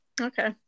Okay